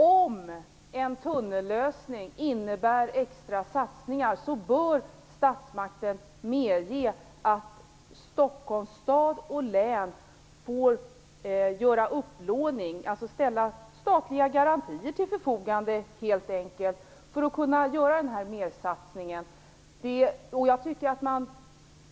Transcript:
Om en tunnellösning innebär extra satsningar bör statsmakten medge att Stockholms stad och län gör upplåning, dvs. helt enkelt ställa statliga garantier till förfogande för att den här mersatsningen skall kunna göras.